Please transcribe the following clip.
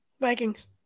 Vikings